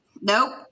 Nope